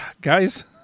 guys